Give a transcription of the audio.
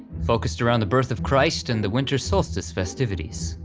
focused around the birth of christ and the winter solstice festivities.